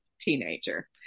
teenager